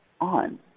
on